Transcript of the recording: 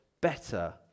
better